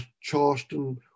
Charleston